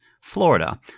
Florida